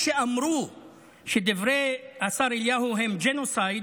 כשאמרו שדברי השר אליהו הם ג'נוסייד,